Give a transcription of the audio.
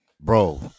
bro